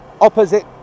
opposite